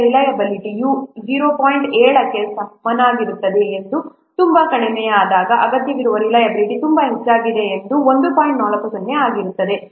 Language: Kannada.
7 ಕ್ಕೆ ಸಮನಾಗಿರುತ್ತದೆ ಅದು ತುಂಬಾ ಕಡಿಮೆಯಾದಾಗ ಅಗತ್ಯವಿರುವಾಗ ರಿಲಯಬಿಲಿಟಿ ತುಂಬಾ ಹೆಚ್ಚಾಗಿದೆ ಅದು 1